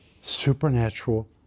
Supernatural